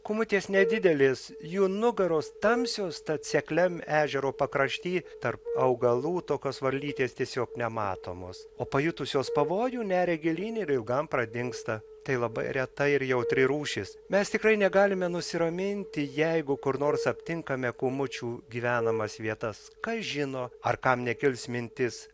kūmutės nedidelės jų nugaros tamsios tad sekliam ežero pakrašty tarp augalų tokios varlytės tiesiog nematomos o pajutusios pavojų neria gilyn ir ilgam pradingsta tai labai reta ir jautri rūšis mes tikrai negalime nusiraminti jeigu kur nors aptinkame kūmučių gyvenamas vietas kas žino ar kam nekils mintis